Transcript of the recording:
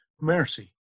mercy